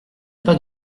pas